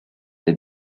they